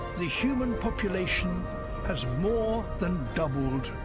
the human population has more than doubled.